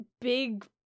big